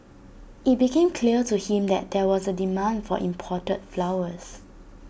IT became clear to him that there was A demand for imported flowers